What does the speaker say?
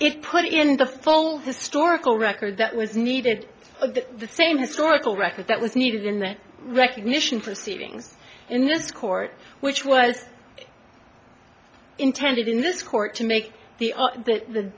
it put in the full historical record that was needed at the same historical record that was needed in the recognition proceedings in this court which was intended in this court to make the art the